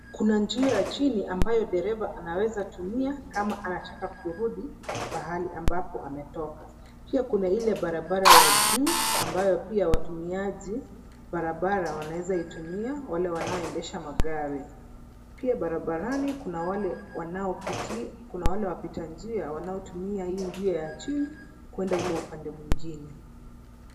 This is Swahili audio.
Kuna njia ya chini ambayo dereva anaweza tumia kama anataka kurudi pahali ambapo ametoka. Pia kuna ile barabara ya juu ambayo pia watumiaji barabara wanaweza itumia, wale wanaoendesha magari. Pia barabarani kuna watu wale wapita njia wanaotumia hii njia ya chini kuenda ule upande mwingine.